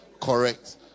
correct